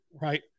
right